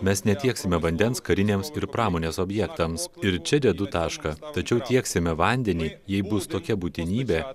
mes netieksime vandens kariniams ir pramonės objektams ir čia dedu tašką tačiau tieksime vandenį jei bus tokia būtinybė